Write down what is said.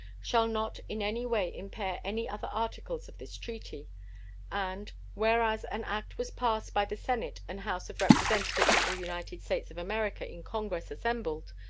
shall not in any way impair any other articles of this treaty and whereas an act was passed by the senate and house of representatives of the united states of america in congress assembled,